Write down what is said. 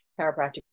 chiropractic